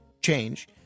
change